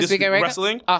wrestling